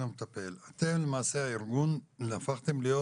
המטפל אתם למעשה הארגון הפכתם להיות,